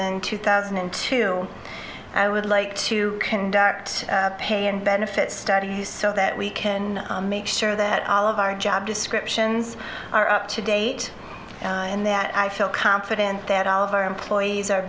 wasn't two thousand and two i would like to conduct but pay and benefits studies so that we can make sure that all of our job descriptions are up to date and that i feel confident that all of our employees are